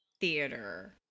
theater